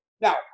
Now